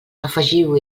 afegiu